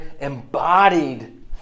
embodied